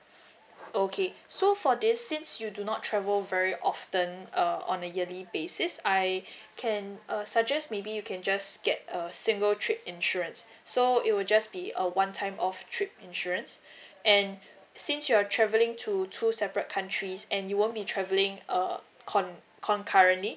okay so for this since you do not travel very often uh on a yearly basis I can uh suggest maybe you can just get a single trip insurance so it will just be a one time off trip insurance and since you're travelling to two separate countries and you won't be travelling err con~ concurrently